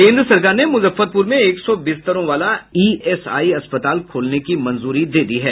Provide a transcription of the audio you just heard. केन्द्र सरकार ने मुजफ्फरपुर में एक सौ बिस्तरों वाला ईएसआई अस्पताल खोलने की मंजूरी दे दी है